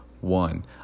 one